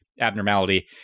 abnormality